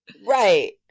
Right